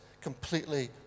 completely